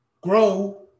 grow